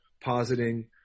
positing